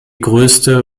größte